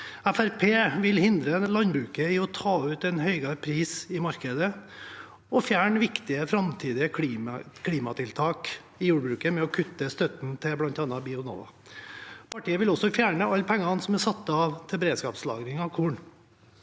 vil hindre landbruket i å ta ut en høyere pris i markedet, og fjerne viktige framtidige klimatiltak i jordbruket ved å kutte støtten til bl.a. Bionova. Partiet vil også fjerne alle pengene som er satt av til beredskapslagring av korn.